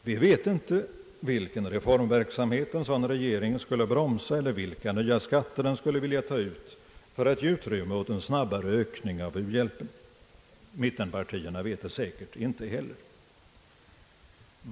Vi vet inte vilken reformverksamhet en sådan regering skulle bromsa eller vilka nya skatter den skulle vilja ta ut för att ge utrymme åt en snabbare ökning av uhjälpen. Mittenpartierna vet det säkert inte heller.